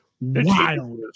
wild